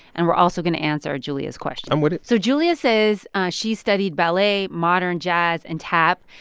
and we're also going to answer julia's question i'm with it so julia says she studied ballet, modern jazz and tap.